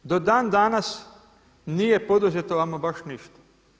Do dan danas nije poduzeto ama baš ništa.